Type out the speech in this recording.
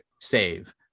save